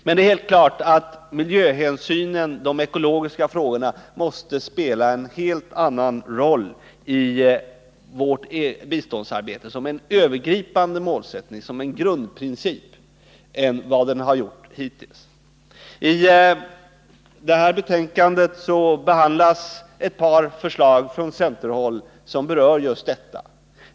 Det är helt klart att miljöhänsynen, de ekologiska frågorna, måste spela en helt annan roll i vårt biståndsarbete än vad den hittills har gjort. Den ekologiska målsättningen måste utgöra en grundprincip. I utrikesutskottets betänkande behandlas ett par förslag från centerhåll som berör just detta.